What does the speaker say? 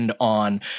on